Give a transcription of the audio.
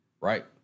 right